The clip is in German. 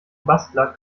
bastler